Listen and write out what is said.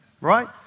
right